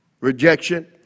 Rejection